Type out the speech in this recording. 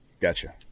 gotcha